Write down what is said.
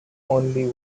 only